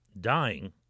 dying